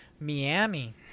miami